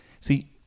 See